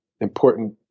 important